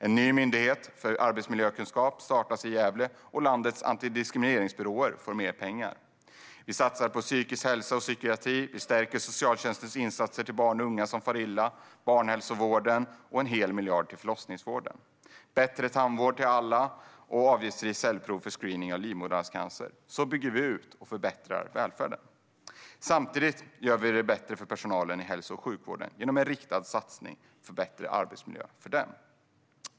En ny myndighet för arbetsmiljökunskap startas i Gävle, och landets antidiskrimineringsbyråer får mer pengar. Vi satsar på psykisk hälsa och psykiatri, vi stärker socialtjänstens insatser till barn och unga som far illa, vi satsar på barnhälsovården och ger en hel miljard till förlossningsvården. Vi satsar på bättre tandvård till alla och avgiftsfritt cellprov för screening av livmoderhalscancer. Så bygger vi ut och förbättrar välfärden. Samtidigt gör vi det bättre för personalen i hälso och sjukvården genom en riktad satsning för bättre arbetsmiljö för dem.